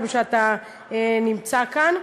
שאתה נמצא כאן.